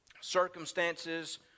circumstances